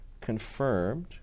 confirmed